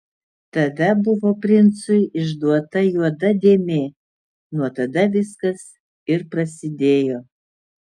tada buvo princui išduota juoda dėmė nuo tada viskas ir prasidėjo